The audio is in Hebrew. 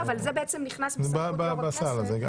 זה נכנס גם תחת סמכות יושב-ראש הכנסת.